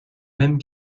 mêmes